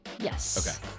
Yes